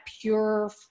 pure